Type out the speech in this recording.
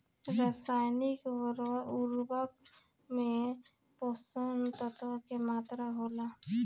रसायनिक उर्वरक में पोषक तत्व की मात्रा होला?